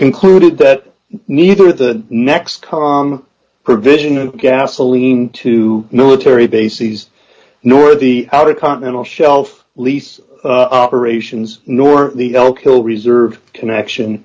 concluded that neither the next car provision of gasoline to military bases nor the outer continental shelf lease operations nor the don't kill reserve connection